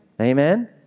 Amen